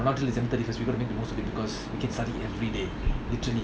not till december thirty first we gonna make the most of it because you can study everyday literally